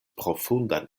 profundan